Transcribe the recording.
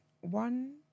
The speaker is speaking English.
One